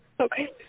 okay